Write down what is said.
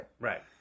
Right